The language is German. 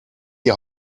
die